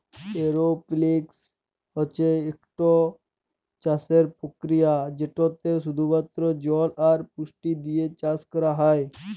এরওপলিক্স হছে ইকট চাষের পরকিরিয়া যেটতে শুধুমাত্র জল আর পুষ্টি দিঁয়ে চাষ ক্যরা হ্যয়